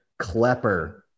Clepper